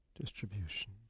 distribution